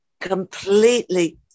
completely